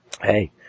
Hey